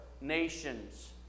nations